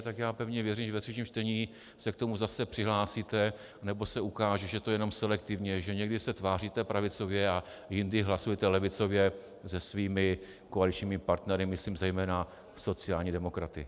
Tak pevně věřím, že ve třetím čtení se k tomu zase přihlásíte, nebo se ukáže, že to je jenom selektivně, že někdy se tváříte pravicově a jindy hlasujete levicově se svými koaličními partnery, myslím zejména sociální demokraty.